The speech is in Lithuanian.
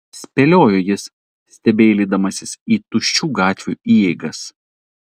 spėliojo jis stebeilydamasis į tuščių gatvių įeigas